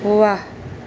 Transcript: वाह